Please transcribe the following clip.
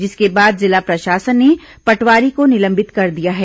जिसके बाद जिला प्रशासन ने पटवारी को निलंबित कर दिया है